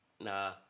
Nah